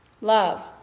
Love